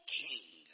king